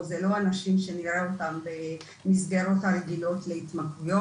או זה לא אנשים שנראה אותם במסגרות הרגילות להתמכרויות.